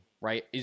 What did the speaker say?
right